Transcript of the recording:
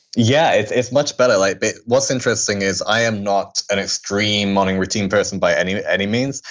yeah it's it's much better. like but what's interesting is i am not an extreme morning routine person by any any means.